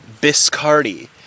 Biscardi